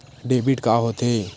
Debit का होथे?